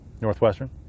Northwestern